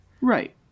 Right